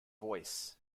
voice